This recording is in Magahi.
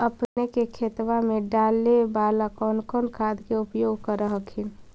अपने के खेतबा मे डाले बाला कौन कौन खाद के उपयोग कर हखिन?